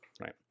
right